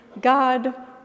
God